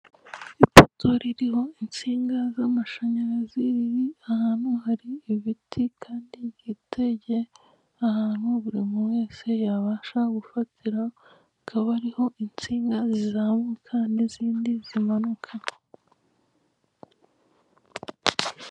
Ipoto ririho insinga z'amashanyarazi, riri ahantu hari ibiti kandi ryitegeye ahantu buri muntu wese yabasha gufatira, hakaba hariho insinga zizamuka n'izindi zimanuka.